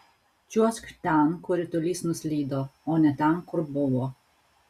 čiuožk ten kur ritulys nuslydo o ne ten kur buvo